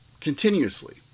continuously